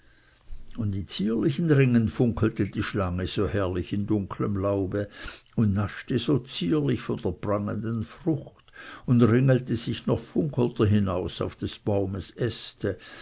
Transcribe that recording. und in zierlichen ringen funkelte die schlange so herrlich in dunklem laube und naschte so zierlich von der prangenden frucht und ringelte sich noch funkelnder hinaus auf des baumes äste